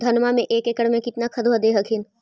धनमा मे एक एकड़ मे कितना खदबा दे हखिन?